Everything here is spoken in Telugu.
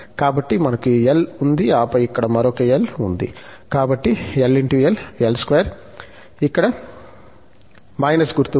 కాబట్టి మనకు l ఉంది ఆపై ఇక్కడ మరొక l ఉంది కాబట్టి l × l l2 ఇక్కడ మైనస్ గుర్తు ఉంది